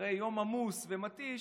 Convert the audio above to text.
אחרי יום עמוס ומתיש,